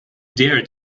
dare